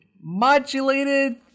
modulated